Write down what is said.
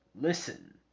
Listen